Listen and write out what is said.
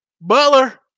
Butler